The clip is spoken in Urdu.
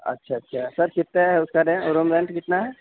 اچھا اچھا سر کتنے ہے اُس کا روم رینٹ کتنا ہے